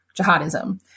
jihadism